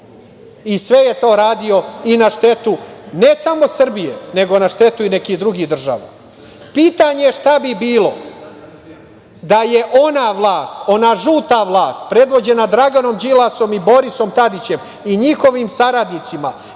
i sve je to radio na štetu ne samo Srbije, nego na štetu i nekih drugih država. Pitanje je šta bi bilo da je ona vlast, ona žuta vlast, predvođena Draganom Đilasom i Borisom Tadićem i njihovim saradnicima